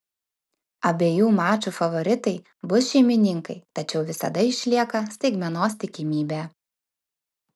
abiejų mačų favoritai bus šeimininkai tačiau visada išlieka staigmenos tikimybė